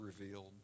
revealed